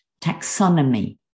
taxonomy